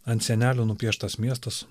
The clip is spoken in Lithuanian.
ant sienelių nupieštas miestas